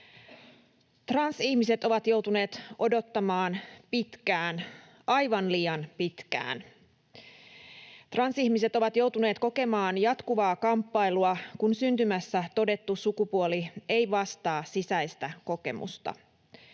Transihmiset ovat joutuneet odottamaan pitkään, aivan liian pitkään. Transihmiset ovat joutuneet kokemaan jatkuvaa kamppailua, kun syntymässä todettu sukupuoli ei vastaa sisäistä kokemusta.